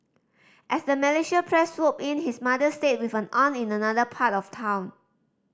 as the Malaysian press swooped in his mother stayed with an aunt in another part of town